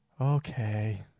Okay